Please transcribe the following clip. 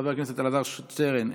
חבר הכנסת אלעזר שטרן,